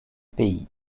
pays